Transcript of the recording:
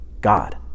God